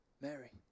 mary